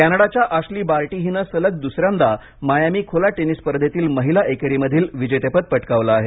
कॅनडाच्या Ashleigh Barty हिने सलग दुसऱ्यांदा मायामी खुली टेनिस स्पर्धेतील महिला एकेरीमधील विजेतेपद पटकावलं आहे